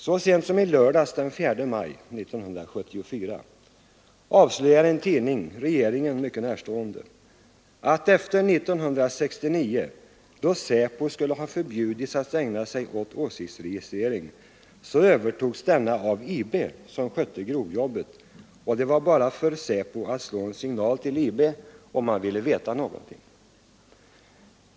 Så sent som i lördags, den 4 maj 1974, avslöjade en regeringen mycket närstående tidning att åsiktsregistreringen — efter 1969, då SÄPO skulle ha förbjudits att ägna sig åt sådan — övertogs av IB, som skötte grovjobbet; det var bara för SÄPO att slå en signal till IB om man ville veta något.